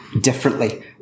differently